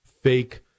fake